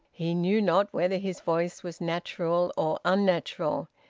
he knew not whether his voice was natural or unnatural.